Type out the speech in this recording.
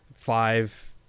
five